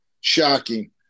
Shocking